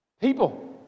People